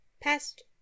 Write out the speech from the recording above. past